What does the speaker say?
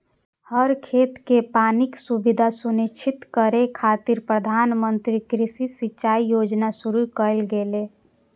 हर खेत कें पानिक सुविधा सुनिश्चित करै खातिर प्रधानमंत्री कृषि सिंचाइ योजना शुरू कैल गेलै